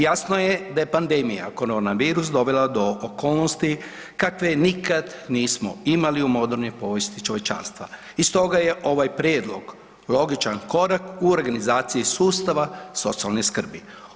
Jasno je da je pandemija korona virus dovela do okolnosti kakve nikad nismo imali u modernoj povijesti čovječanstva i stoga je ovaj prijedlog logičan korak u organizaciji sustava socijalne skrbi.